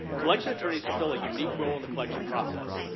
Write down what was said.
collection attorneys fulfill a unique role in the collection process.